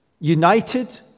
united